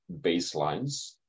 baselines